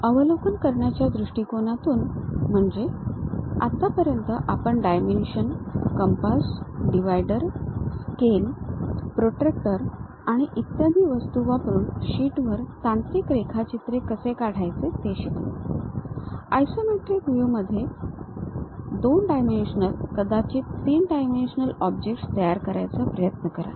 अवलोकन करण्याच्या दृष्टिकोनातून म्हणजे आत्तापर्यंत आपण dimension compass divider scale protractor आणि इतर वस्तू वापरून शीटवर तांत्रिक रेखाचित्र कसे काढायचे ते शिकलो आयसोमेट्रिक व्ह्यू मध्ये 2 डायमेन्शनल आणि कदाचित 3 डायमेन्शनल ऑब्जेक्ट्स तयार करण्याचा प्रयत्न करा